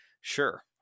sure